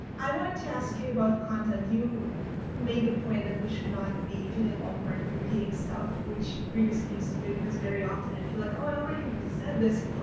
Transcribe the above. i wanted to ask you about content. you made the point that we should not be feeling awkward, repeating stuff, which really speaks to me because very often i feel like, oh, i already said this,